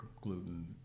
gluten